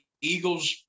Eagles